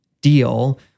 deal